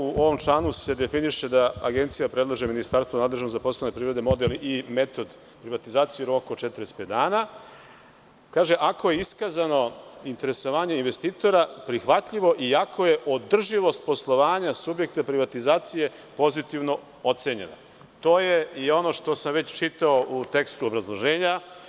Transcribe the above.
U ovom članu se definiše da Agencija predlaže da Ministarstvo nadležno za poslove privrede, model i metod privatizacije rok od 45 dana, kaže, ako je iskazano interesovanje investitora prihvatljivo i ako je održivost poslovanja subjekta privatizacije pozitivno ocenjeno, to je i ono što sam već čitao u tekstu obrazloženja.